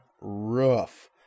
rough